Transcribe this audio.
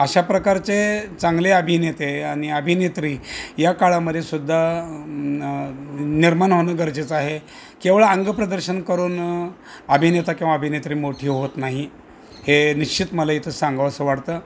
अशा प्रकारचे चांगले अभिनेते आणि अभिनेत्री या काळामध्ये सुुद्धा निर्माण होणं गरजेचं आहे केवळं अंगप्रदर्शन करून अभिनेता किंवा अभिनेत्री मोठी होत नाही हे निश्चित मला इथं सांगावं वाटतं